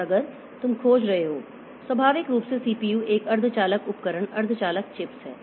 और अगर तुम खोज रहे हो स्वाभाविक रूप से सीपीयू एक अर्धचालक उपकरण अर्धचालक चिप्स है